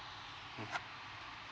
hmm